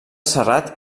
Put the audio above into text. serrat